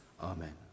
Amen